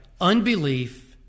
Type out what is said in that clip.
unbelief